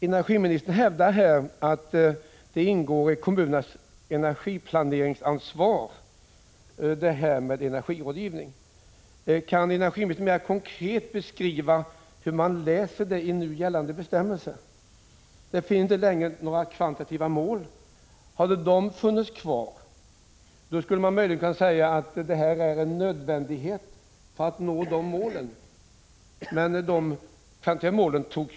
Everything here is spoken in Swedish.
Energiministern hävdar att energirådgivning ingår i kommunernas ansvar för energiplaneringen. Kan energiministern mera konkret beskriva hur man kan utläsa det av nu gällande bestämmelser? Det finns inte längre några kvantitativa mål. Hade de målen funnits kvar skulle man ha kunnat se rådgivningen som en nödvändighet för att nå dem.